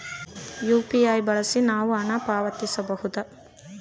UPI ಬಳಸಿ ನಾವು ಹಣ ಪಾವತಿಸಬಹುದಾ?